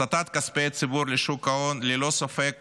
הסטת כספי הציבור לשוק ההון ללא ספק